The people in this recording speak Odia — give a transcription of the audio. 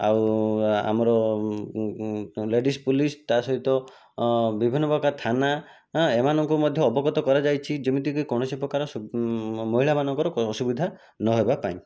ଆଉ ଆମର ଲେଡିଜ୍ ପୋଲିସ୍ ତା' ସହିତ ବିଭିନ୍ନ ପ୍ରକାର ଥାନା ହଁ ଏମାନଙ୍କୁ ମଧ୍ୟ ଅବଗତ କରାଯାଇଛି ଯେମିତିକି କୌଣସି ପ୍ରକାର ମହିଳାମାନଙ୍କର ଅସୁବିଧା ନହେବା ପାଇଁ